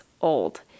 old